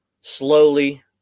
slowly